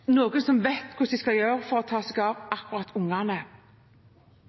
noen som vet hva de skal gjøre for å ta seg av